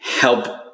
help